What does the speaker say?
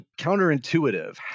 counterintuitive